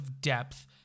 depth